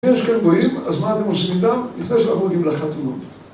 ‫אם יש כאן גויים, אז מה אתם עושים איתם? ‫לפני שאנחנו מגיעים לחתונות.